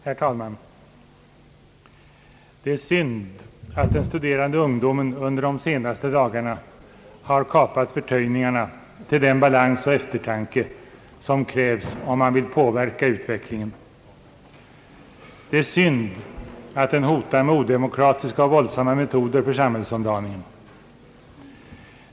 Herr talman! Det är synd att den studerande ungdomen under de senaste dagarna har kapat förtöjningarna till den balans och eftertanke som krävs om man vill påverka utvecklingen. Det är synd att den hotar med odemokratiska och våldsamma metoder för samhällsomdaningen.